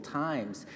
times